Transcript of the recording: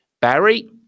Barry